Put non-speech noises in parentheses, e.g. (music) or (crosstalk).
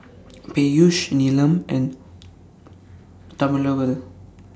Peyush Neelam and (unintelligible)